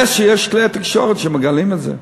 נס שיש כלי תקשורת שמגלים את זה.